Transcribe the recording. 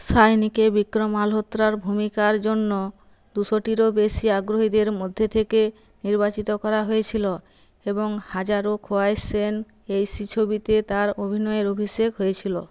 শাইনিকে বিক্রম মালহোত্রার ভূমিকার জন্য দুশোটিরও বেশি আগ্রহীদের মধ্যে থেকে নির্বাচিত করা হয়েছিল এবং হাজারো খোয়াইশে অ্যায়সি ছবিতে তার অভিনয়ের অভিষেক হয়েছিল